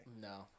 No